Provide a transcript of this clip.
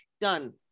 done